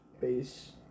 base